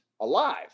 alive